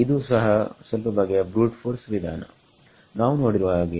ಇದು ಸಹ ಸ್ವಲ್ಪ ಬಗೆಯ ಬ್ರೂಟ್ ಫೋರ್ಸ್ ವಿಧಾನ ನಾವು ನೋಡಿರುವ ಹಾಗೆ